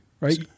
right